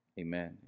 Amen